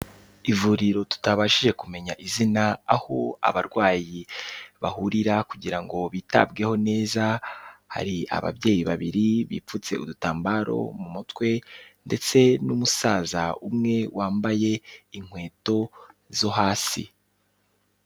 Ivuriro tutabashije kumenya izina, aho abarwayi bahurira kugira ngo bitabweho neza, hari ababyeyi babiri bipfutse udutambaro mu mutwe, ndetse n'umusaza umwe wambaye inkweto zo hasi.